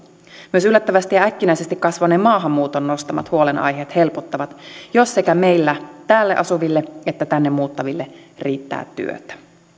myös yllättävästi ja äkkinäisesti kasvaneen maahanmuuton nostamat huolenaiheet helpottavat jos sekä meille täällä asuville että tänne muuttaville riittää työtä